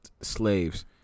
slaves